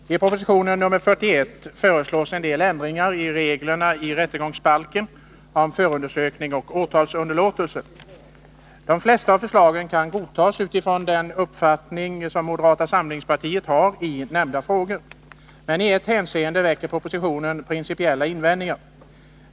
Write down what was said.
Herr talman! I propositionen 1981/82:41 föreslås en del ändringar i reglerna i rättegångsbalken om förundersökning och åtalsunderlåtelse. De flesta av förslagen kan godtas utifrån den uppfattning som moderata samlingspartiet har i nämnda frågor. Men i ett hänseende väcker propositionen principiella invändningar.